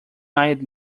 eyed